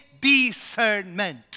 discernment